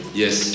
Yes